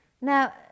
Now